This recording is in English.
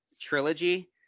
trilogy